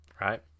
right